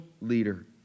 leader